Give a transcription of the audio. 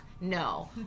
no